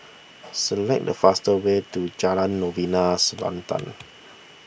select the fastest way to Jalan Novena Selatan